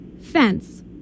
fence